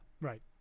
Right